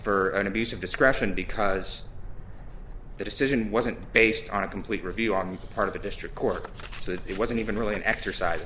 for an abuse of discretion because the decision wasn't based on a complete review on the part of the district court that it wasn't even really an exercise